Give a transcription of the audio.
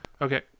okay